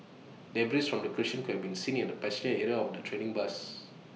debris from the collision could be seen in the passenger area of the trailing bus